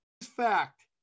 Fact